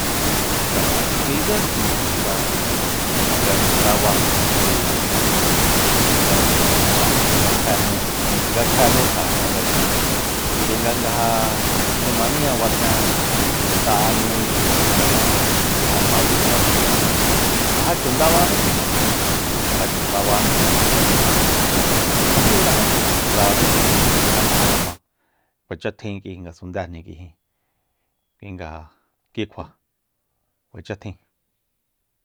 Kuinga ja kui tse nitjinga nga chu ndaba kjo kui ijin kjo nga nitjin'e ch'an nga kjue nu nga kjue nu sa ja kjia nga chan ma kuinga nga ja tjimaniña basen sa'e nuni nga ja mayo abríiníjan ja já chu ndabani kui nitjin ja chu ndabaní kui nitjin nga najmí urajíre tratse tikja nguijema kjua ma kuacha tjin k'ui ngasundéjni k'ui jin kuinga ja kikjua kuacha tjin